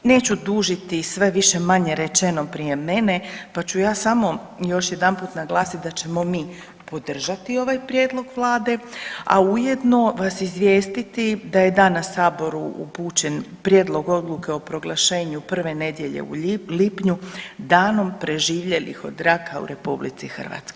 Neću dužiti, sve je više-manje rečeno prije mene, pa ću ja samo još jedanput naglasit da ćemo mi podržati ovaj prijedlog vlade, a ujedno vas izvijestiti da je danas saboru upućen prijedlog odluke o proglašenju prve nedjelje u lipnju danom preživjelih od raka u RH.